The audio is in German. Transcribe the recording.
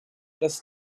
das